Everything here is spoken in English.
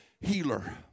healer